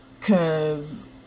cause